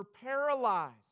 paralyzed